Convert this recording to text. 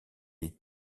est